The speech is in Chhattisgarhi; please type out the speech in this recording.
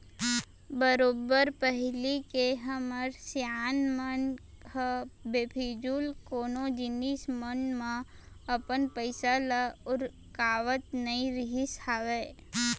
बरोबर पहिली के हमर सियान मन ह बेफिजूल कोनो जिनिस मन म अपन पइसा ल उरकावत नइ रहिस हावय